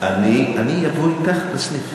אני אבוא אתך לסניף.